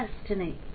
destiny